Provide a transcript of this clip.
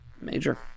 Major